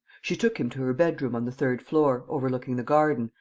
she took him to her bedroom on the third floor, overlooking the garden,